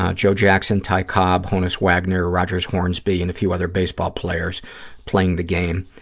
ah joe jackson, ty cobb, honus wagner, rogers hornsby and a few other baseball players playing the game.